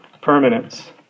Permanence